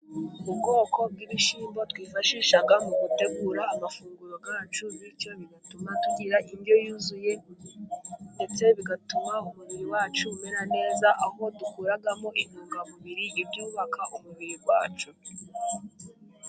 Ubwoko bw'ibishyimbo twifashisha mu gutegura amafunguro yacu, bityo bigatuma tugira indyo yuzuye ndetse bigatuma umubiri wacu umera neza, aho dukuramo intungamubiri ibyubaka umubiri wacu.